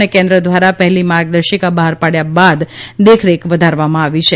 અને કેન્દ્ર દ્વારા પહેલી માર્ગદર્શિકા બહાર પાડ્યા બાદ દેખરેખ વધારવામાં આવી છે